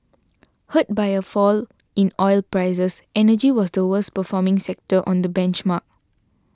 hurt by a fall in oil prices energy was the worst performing sector on the benchmark